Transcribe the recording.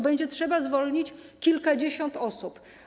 Będzie trzeba zwolnić kilkadziesiąt osób.